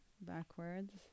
backwards